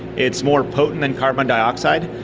it's more potent than carbon dioxide,